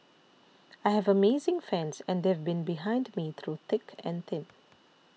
I have amazing fans and they've been behind me through thick and thin